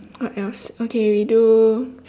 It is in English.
what else okay we do